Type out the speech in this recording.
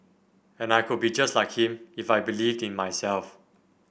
and I could be just like him if I believed in myself